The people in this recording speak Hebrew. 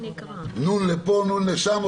נ' לפה ו-נ' לשם.